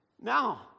Now